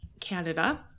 Canada